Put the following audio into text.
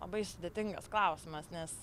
labai sudėtingas klausimas nes